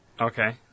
okay